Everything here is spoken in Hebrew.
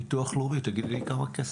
אבל את כנציגת ביטוח לאומי, תגידי כמה כסף?